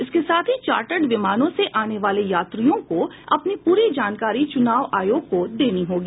इसके साथ ही चार्टर्ड विमानों से आने वाले यात्रियों को अपनी पूरी जानकारी चुनाव आयोग को देनी होगी